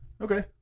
Okay